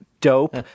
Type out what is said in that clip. Dope